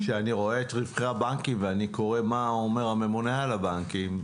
כשאני רואה את רווחי הבנקים ואני קורא מה אומר הממונה על הבנקים,